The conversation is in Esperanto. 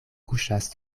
kuŝas